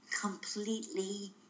completely